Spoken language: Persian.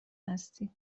هستی